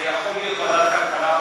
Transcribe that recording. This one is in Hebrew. זה יכול להיות ועדת הכלכלה,